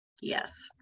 yes